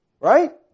right